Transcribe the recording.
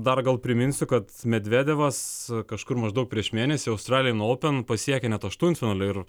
dar gal priminsiu kad medvedevas kažkur maždaug prieš mėnesį australijan oupen pasiekė net aštuntfinalį ir